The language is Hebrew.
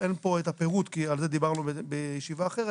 אין פה את הפירוט כי על זה דיברנו בישיבה אחרת.